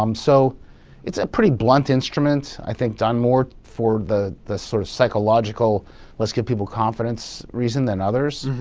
um so it's a pretty blunt instrument i think done more for the the sort of psychological let's-give-people-confidence reason than others.